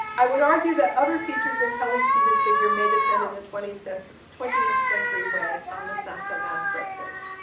i would argue that other features in kelly's seated figure may depend in a twentieth-century twentieth-century way on the saint-savin frescoes.